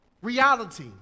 reality